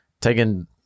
taking